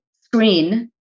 screen